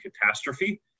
catastrophe